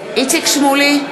נגד איציק שמולי,